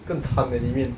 更惨 eh 里面